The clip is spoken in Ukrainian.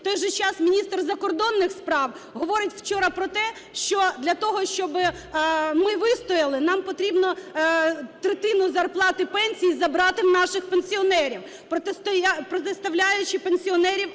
В той же час міністр закордонних справ говорить вчора про те, що для того, щоб ми вистояли, нам потрібно третину зарплат і пенсій забрати у наших пенсіонерів, протиставляючи пенсіонерів